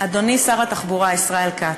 אדוני שר התחבורה ישראל כץ,